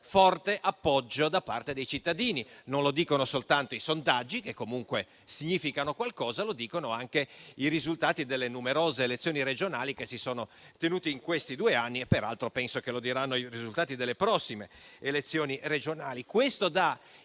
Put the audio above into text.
forte appoggio da parte dei cittadini. Non lo dicono soltanto i sondaggi, che comunque significano qualcosa, ma lo dicono anche i risultati delle numerose elezioni regionali che si sono tenute negli ultimi due anni. E, peraltro, penso che lo diranno i risultati delle prossime elezioni regionali.